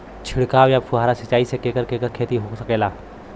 छिड़काव या फुहारा सिंचाई से केकर केकर खेती हो सकेला?